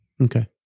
Okay